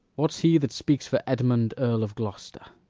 what's he that speaks for edmund earl of gloster?